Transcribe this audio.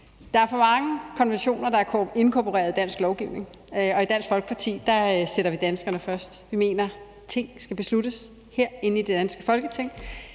Der er for mange konventioner, der er inkorporeret i dansk lovgivning, og i Dansk Folkeparti sætter vi danskerne først. Vi mener, at ting skal besluttes herinde i det danske Folketing.